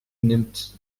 nimmt